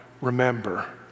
remember